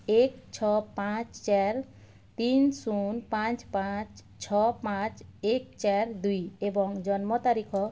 ଏକ ଛଅ ପାଞ୍ଚ ଚାରି ତିନି ଶୂନ ପାଞ୍ଚ ପାଞ୍ଚ ଛଅ ପାଞ୍ଚ ଏକ ଚାରି ଦୁଇ ଏବଂ ଜନ୍ମ ତାରିଖ